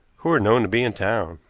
who were known to be in town.